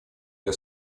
для